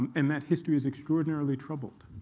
and that history is extraordinarily troubled.